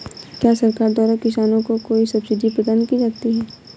क्या सरकार द्वारा किसानों को कोई सब्सिडी प्रदान की जाती है?